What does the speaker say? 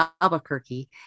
Albuquerque